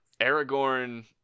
Aragorn